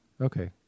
Okay